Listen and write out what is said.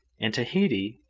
in tahiti,